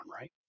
Right